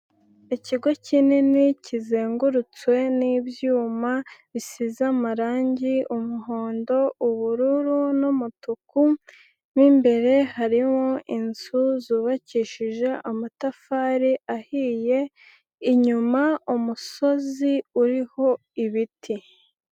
Ikigo kinini kizengurutswe n'ibyuma, bisize amarangi, umuhondo, ubururu n'umutuku mo imbere harimo inzu zubakishije amatafari ahiye, inyuma umusozi uriho ibiti.